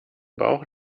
bauch